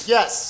Yes